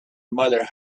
mother